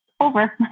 over